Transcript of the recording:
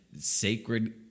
sacred